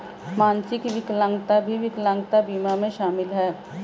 मानसिक विकलांगता भी विकलांगता बीमा में शामिल हैं